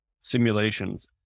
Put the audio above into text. simulations